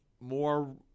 more